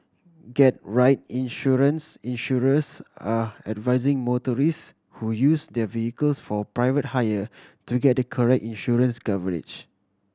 get right insurance Insurers are advising motorists who use their vehicles for private hire to get the correct insurance coverage